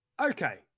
Okay